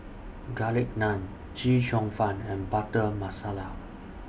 Garlic Naan Chee Cheong Fun and Butter Masala